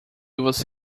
você